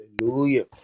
hallelujah